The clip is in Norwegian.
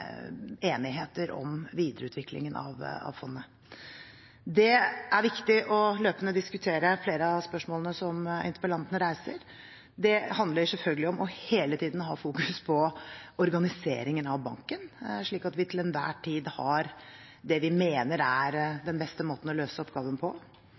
enighet om videreutviklingen av fondet. Det er viktig å løpende diskutere flere av spørsmålene som interpellanten reiser. Det handler selvfølgelig om hele tiden å ha fokus på organiseringen av banken, slik at vi til enhver tid har det vi mener er den beste måten å løse oppgaven på.